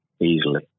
Easily